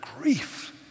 grief